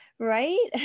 right